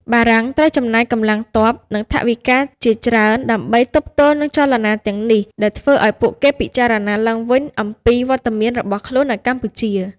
បារាំងត្រូវចំណាយកម្លាំងទ័ព និងថវិកាច្រើនដើម្បីទប់ទល់នឹងចលនាទាំងនេះ ដែលធ្វើឱ្យពួកគេពិចារណាឡើងវិញអំពីវត្តមានរបស់ខ្លួននៅកម្ពុជា។